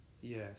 Yes